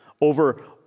Over